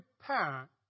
parent